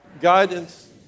Guidance